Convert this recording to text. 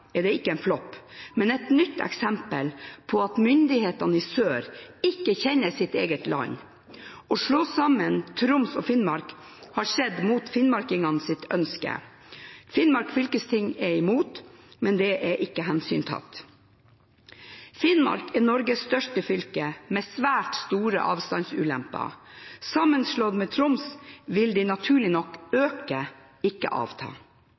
er det ikke en flopp, men et nytt eksempel på at myndighetene i sør ikke kjenner sitt eget land. Å slå sammen Troms og Finnmark har skjedd mot finnmarkingenes ønske. Finnmark fylkesting er imot, men det er ikke hensyntatt. Finnmark er Norges største fylke, med svært store avstandsulemper. Sammenslått med Troms vil de naturlig nok øke, ikke